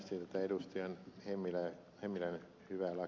kannatan lämpimästi tätä ed